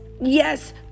yes